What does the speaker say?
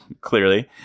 Clearly